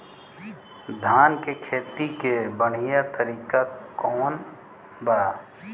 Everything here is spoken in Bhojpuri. धान के खेती के बढ़ियां तरीका कवन बा?